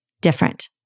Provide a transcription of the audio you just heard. different